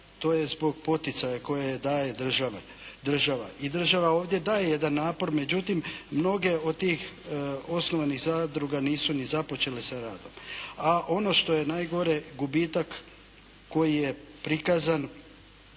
to je zbog poticaja koje daje država i država ovdje daje jedan napor. Međutim, mnoge od tih osnovanih zadruga nisu ni započele sa radom. A ono što je najgore gubitak koji je prikazan